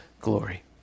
glory